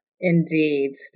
Indeed